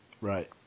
right